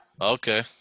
Okay